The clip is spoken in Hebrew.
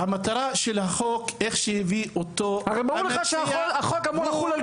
המטרה של החוק איך שהביא אותו המציע הוא כלפי